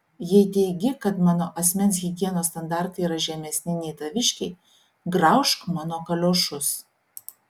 jei teigi kad mano asmens higienos standartai yra žemesni nei taviškiai graužk mano kaliošus